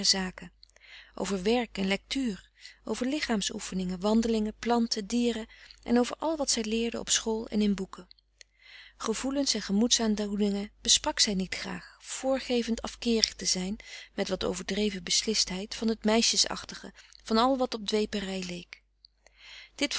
over werk en lectuur over lichaamsoefeningen wandelingen planten dieren en over al wat zij leerde op school en in boeken gevoelens en gemoedsaandoeningen besprak zij niet graag voorgevend afkeerig te zijn met wat overdreven beslistheid van het meisjesachtige van al wat op dweperij leek dit